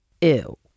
ew